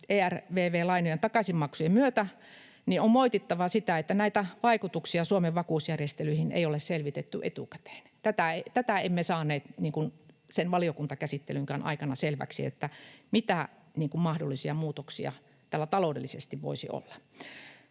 ERVV-lainojen takaisinmaksujen myötä, niin on moitittava sitä, että näitä vaikutuksia Suomen vakuusjärjestelyihin ei ole selvitetty etukäteen. Tätä emme saaneet sen valiokuntakäsittelynkään aikana selväksi, mitä mahdollisia muutoksia tällä taloudellisesti voisi olla.